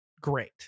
great